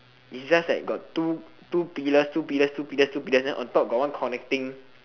is just like got two two pillars two pillars two pillars two pillars then on top got one connecting